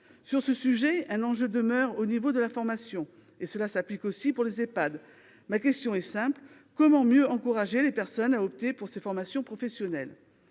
Sur ce sujet, un enjeu demeure en ce qui concerne la formation. Et cela s'applique aussi pour les Ehpad. Ma question est simple : comment mieux encourager les personnes à opter pour ces formations professionnelles ?